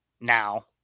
Now